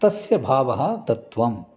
तस्य भावः तत्त्वं